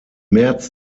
märz